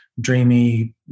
dreamy